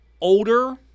older